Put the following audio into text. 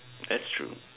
that's true